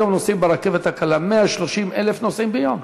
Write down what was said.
היום נוסעים ברכבת הקלה 130,000 נוסעים ביום,